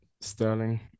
Sterling